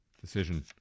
Decision